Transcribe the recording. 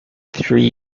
three